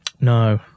no